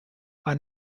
are